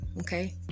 okay